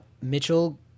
Mitchell